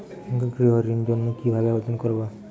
গৃহ ঋণ জন্য কি ভাবে আবেদন করব?